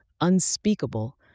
unspeakable